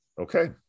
Okay